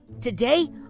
Today